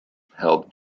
held